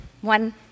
One